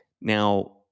Now